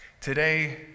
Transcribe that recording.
Today